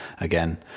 again